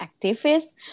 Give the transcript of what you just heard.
activists